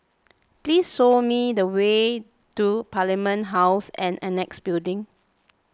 please show me the way to Parliament House and Annexe Building